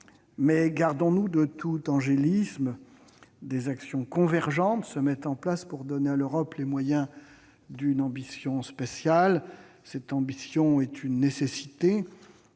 mais gardons-nous de tout angélisme. Des actions convergentes se mettent en place pour donner à l'Europe les moyens d'une ambition spatiale. Cette ambition est une nécessité